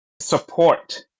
support